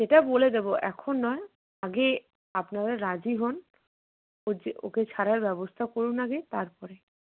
সেটা বলে দেব এখন নয় আগে আপনারা রাজি হন ও যে ওকে ছাড়ার ব্যবস্থা করুন আগে তারপরে